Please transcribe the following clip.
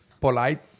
polite